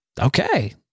Okay